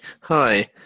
hi